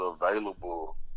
available